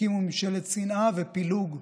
הקימו ממשלת שנאה ופילוג.